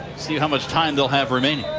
see how much time they'll have remained.